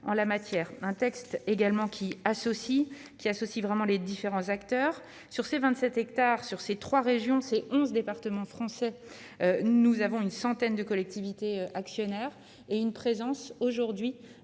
la matière un texte également qui associe qui associe vraiment les différents acteurs sur ces 27 hectares sur ces 3 régions c'est 11 départements français, nous avons une centaine de collectivités actionnaires et une présence aujourd'hui